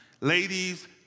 Ladies